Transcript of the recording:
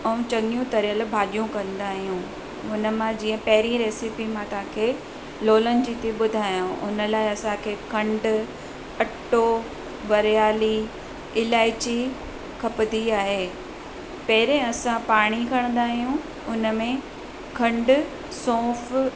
ऐं चङियूं तरियल भाॼियूं कंदा आहियूं उन मां जीअं पहिरीं रेसिपी में मां तव्हांखे लोलनि जी थी ॿुधायांव उन लाइ असांखे खंडु अटो बरयाली इलाइची खपंदी आहे पहिरें असां पाणी खणंदा आहियूं उनमें खंडु सौंफ़